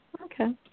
Okay